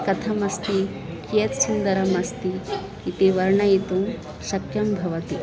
कथमस्ति कियत् सुन्दरम् अस्ति इति वर्णयितुं शक्यः भवति